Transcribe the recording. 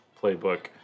Playbook